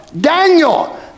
Daniel